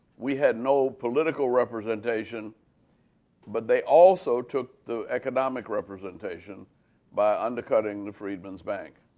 we had no political representation but they also took the economic representation by undercutting the freedman's bank.